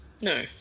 No